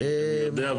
אני יודע,